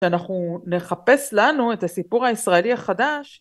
שאנחנו נחפש לנו את הסיפור הישראלי החדש.